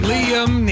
Liam